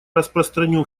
распространю